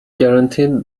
guaranteed